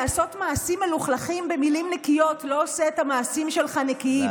לעשות מעשים מלוכלכים במילים נקיות לא עושה את המעשים שלך נקיים.